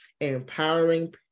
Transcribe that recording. empowering